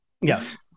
Yes